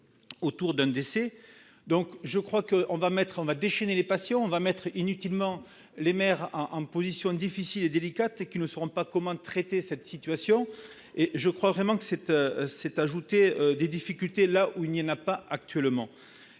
autour d'un décès, donc je crois que on va mettre en va déchaîner les passions va mettre inutilement les mères en position difficile et délicate qui ne seront pas comment traiter cette situation et je crois vraiment que cette cette ajouter des difficultés là où il n'y en a pas actuellement